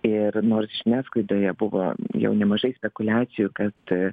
ir nors žiniasklaidoje buvo jau nemažai spekuliacijų kad